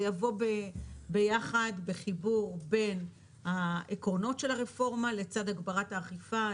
זה יבוא ביחד בחיבור בין העקרונות של הרפורמה לצד הגברת האכיפה,